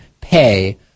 pay